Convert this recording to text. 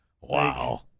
Wow